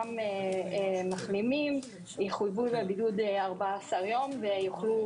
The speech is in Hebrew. גם מחלימים יחויבו בבידוד 14 יום ויוכלו